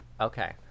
Okay